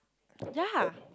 ya